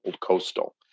coastal